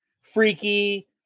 freaky